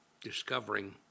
discovering